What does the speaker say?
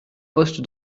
poste